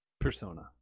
Persona